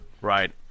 Right